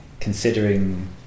considering